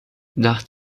nach